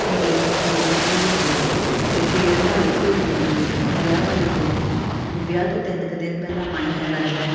ਵੀ ਗੀਤ ਗੀਤ ਵੀ ਹੋ ਗਏ ਅਤੇ ਫਿਰ ਨਹਾਈ ਧੋਈ ਹੁੰਦੀ ਹੈ ਵਿਆਹ ਵਾਲੇ ਦਿਨ ਵਿਆਹ ਤੋਂ ਤਿੰਨ ਕੁ ਦਿਨ ਪਹਿਲਾਂ ਮਾਈਆਂ ਲੱਗਦਾ